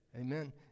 Amen